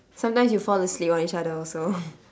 sometimes you fall asleep on each other also